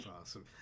awesome